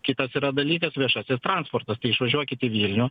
kitas yra dalykas viešasis transportas išvažiuokit į vilnių